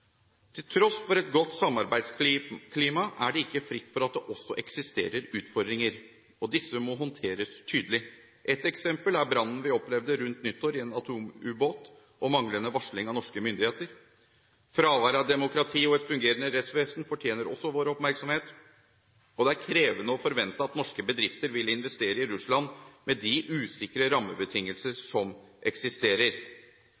Til tross for et godt samarbeidsklima er det ikke fritt for at det også eksisterer utfordringer, og disse må håndteres tydelig. Et eksempel er brannen vi opplevde rundt nyttår i en atomubåt, og manglende varsling av norske myndigheter. Fravær av demokrati og et fungerende rettsvesen fortjener også vår oppmerksomhet. Det er krevende å forvente at norske bedrifter vil investere i Russland med de usikre